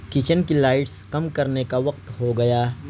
kitchen کی lights کم کرنے کا وقت ہو گیا